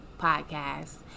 Podcast